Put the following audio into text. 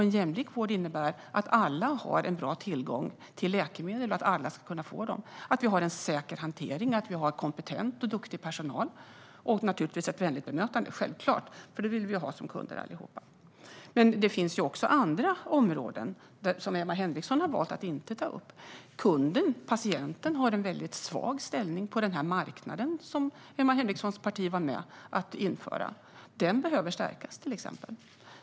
En jämlik vård innebär att alla har en bra tillgång till läkemedel och att alla ska kunna få dem. En jämlik vård innebär att vi har en säker hantering, kompetent och duktig personal och naturligtvis ett vänligt bemötande. Det vill vi självklart allihop ha som kunder. Det finns dock andra områden, som Emma Henriksson har valt att inte ta upp. Kunden, det vill säga patienten, har en svag ställning på den marknad som Emma Henrikssons parti var med om att införa. Den behöver stärkas, till exempel.